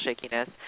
shakiness